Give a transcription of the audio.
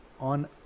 on